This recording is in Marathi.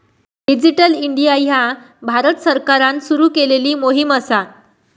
डिजिटल इंडिया ह्या भारत सरकारान सुरू केलेली मोहीम असा